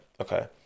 okay